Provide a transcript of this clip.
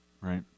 Right